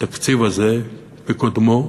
התקציב הזה, וקודמו,